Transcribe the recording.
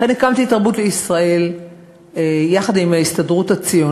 לכן הקמתי את "תרבות לישראל" יחד עם ההסתדרות הציונית.